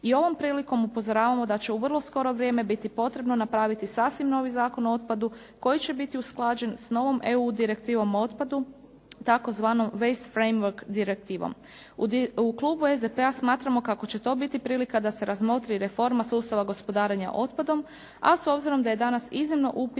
I ovom prilikom upozoravamo da će u vrlo skoro vrijeme biti potrebno napraviti sasvim novi Zakon o otpadu koji će biti usklađen s novom EU Direktivnom o otpadu, tzv. "West Framework" direktivom. U klubu SDP-a smatramo kako će to biti prilika da se razmotri reforma sustava gospodarenja otpadom, a s obzirom da je danas iznimno upitna